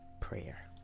prayer